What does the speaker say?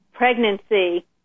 pregnancy